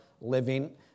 living